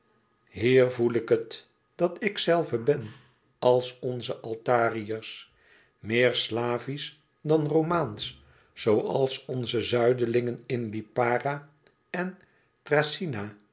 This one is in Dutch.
hier voel ik het dat ikzelve ben als onze altariërs meer slavisch dan romaansch zooals onze zuidelingen in lipara en